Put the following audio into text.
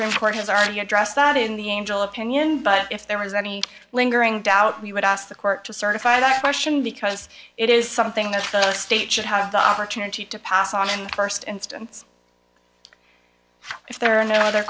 court has already addressed that in the angel opinion but if there is any lingering doubt we would ask the court to certify that question because it is something that the state should have the opportunity to pass on in the first instance if there are no other